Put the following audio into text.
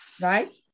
right